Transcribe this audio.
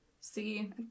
see